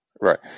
Right